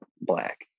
Black